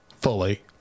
Fully